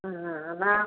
ആ ആ അതാ